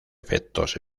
efectos